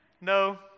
No